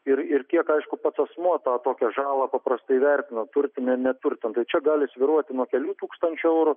ir ir kiek aišku pats asmuo tą tokią žalą paprastai vertina turtinė neturtnė tai čia gali svyruoti nuo kelių tūkstančių eurų